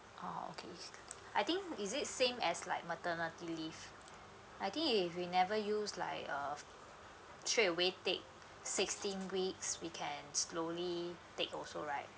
oh okay okay I think is it same as like maternity leave I think if we never use like a straight away take sixteen weeks we can slowly take also right